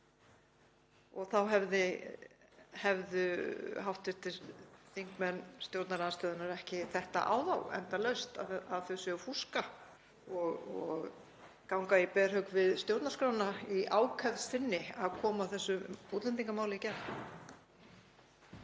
Þá hefðu hv. þingmenn stjórnarandstöðunnar ekki þetta á þau endalaust, að þau séu fúska og ganga í berhögg við stjórnarskrána í ákefð sinni við að koma þessu útlendingamáli í gegn.